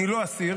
אני לא אסיר.